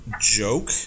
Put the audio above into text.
joke